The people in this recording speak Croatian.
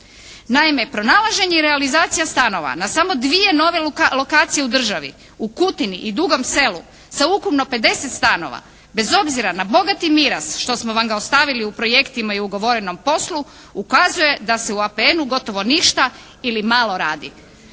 Naime, pronalaženje i realizacija stanova na samo dvije nove lokacije u državi u Kutini i Dugom Selu sa ukupno 50 stanova bez obzira na bogati miraz što smo vam ga ostavili u projektima i ugovorenom poslu ukazuje da se u APN-u gotovo ništa ili malo radi.